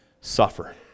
suffer